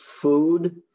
food